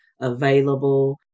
available